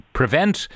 prevent